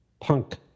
Punk